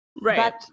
Right